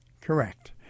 Correct